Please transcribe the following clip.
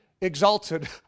exalted